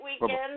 weekend